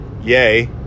yay